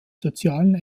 sozialen